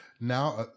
now